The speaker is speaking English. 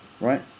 Right